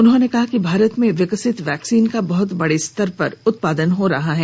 उन्होंने कहा कि भारत में विकसित वैक्सीन का बहत बड़े स्तर पर उत्पादन हो रहा है